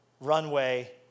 runway